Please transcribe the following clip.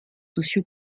socio